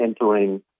entering